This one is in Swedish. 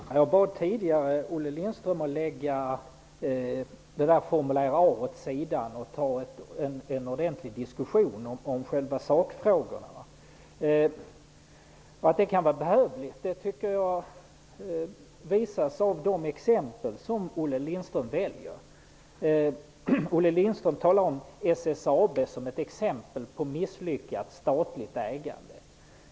Herr talman! Jag bad tidigare Olle Lindström att lägga formuläret åt sidan och ta en ordentlig diskussion om själva sakfrågorna. Att det kan vara behövligt visas av de exempel som Olle Lindström väljer. Olle Lindström tar SSAB som exempel på misslyckat statligt ägande.